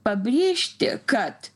pabrėžti kad